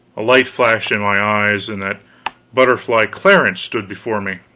a light flashed in my eyes, and that butterfly, clarence stood before me!